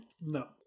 No